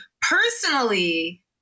Personally